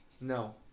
No